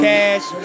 Cash